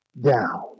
down